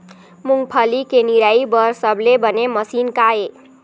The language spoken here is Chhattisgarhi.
मूंगफली के निराई बर सबले बने मशीन का ये?